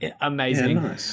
amazing